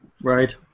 Right